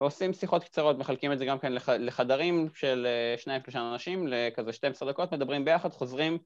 ועושים שיחות קצרות, מחלקים את זה גם כן לחדרים של 2-3 אנשים לכזה 12 דקות, מדברים ביחד, חוזרים.